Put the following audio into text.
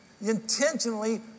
intentionally